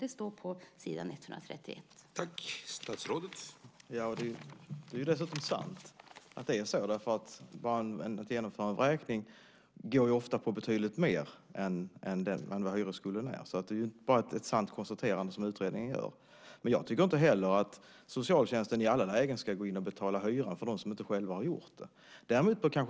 Det står så på s. 131 i utredningen.